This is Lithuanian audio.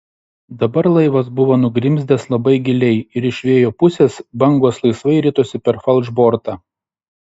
dabar laivas buvo nugrimzdęs labai giliai ir iš vėjo pusės bangos laisvai ritosi per falšbortą